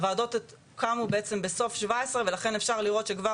הוועדות קמו בסוף 2017 ולכן אפשר לראות שכבר